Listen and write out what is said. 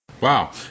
wow